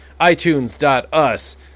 iTunes.us